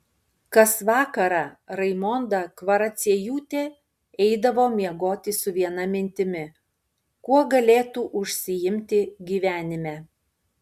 kas vakarą raimonda kvaraciejūtė eidavo miegoti su viena mintimi kuo galėtų užsiimti gyvenime